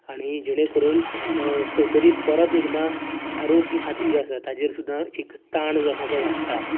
आनी जेणे करून खंय तरी परत एकदां आरोग्या खातें जे आसा ताचेर सुद्दां एक ताण जो आसा तो वाडटा